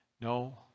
No